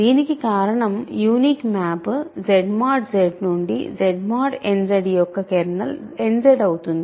దీనికి కారణం unique map Z mod Z నుండి Z mod n Z యొక్క కెర్నల్ n Z అవుతుంది